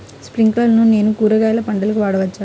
స్ప్రింక్లర్లను నేను కూరగాయల పంటలకు వాడవచ్చా?